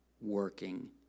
working